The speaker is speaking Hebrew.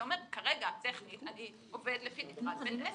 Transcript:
אתה אומר, כרגע, טכנית, אני עובד לפי --- אני